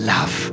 Love